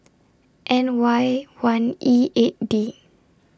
N Y one E eight D